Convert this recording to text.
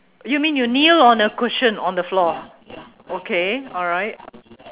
you mean you kneel on a cushion on the floor okay alright